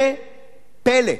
זה פלא.